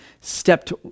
stepped